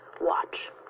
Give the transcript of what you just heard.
watch